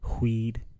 weed